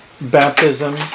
Baptism